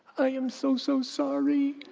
i am so, so sorry!